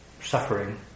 suffering